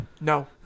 No